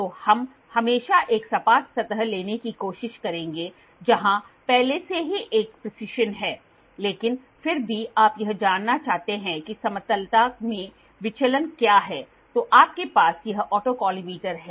तो हम हमेशा एक सपाट सतह लेने की कोशिश करेंगे जहां पहले से ही एक प्रिसिशन है लेकिन फिर भी आप यह जानना चाहते हैं कि समतलता में विचलन क्या है तो आपके पास यह ऑटोकॉलिमेटर है